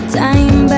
time